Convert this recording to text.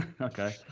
Okay